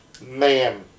man